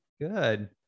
Good